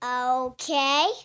Okay